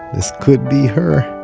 this could be her!